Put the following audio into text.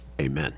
amen